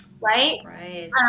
right